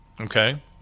okay